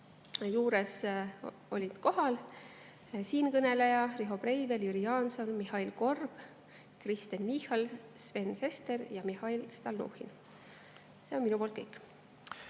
olid kohal siinkõneleja, Riho Breivel, Jüri Jaanson, Mihhail Korb, Kristen Michal, Sven Sester ja Mihhail Stalnuhhin. See on minu poolt kõik.